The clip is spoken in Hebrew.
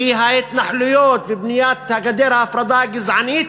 כי ההתנחלויות ובניית גדר ההפרדה הגזענית